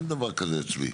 תתייעצו.